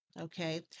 Okay